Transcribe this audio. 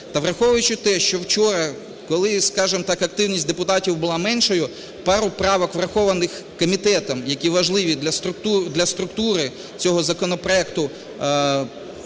враховуючи те, що вчора, коли скажімо так, активність депутатів була меншою, пару правок врахованих комітетом, які важливі для структури цього законопроекту,